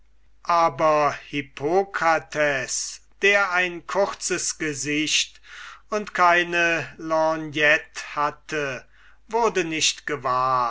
aber hippokrates der ein kurzes gesicht und keine lorgnette hatte wurde nicht gewahr